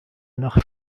nach